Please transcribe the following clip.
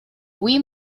wii